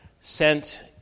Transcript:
sent